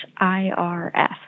irf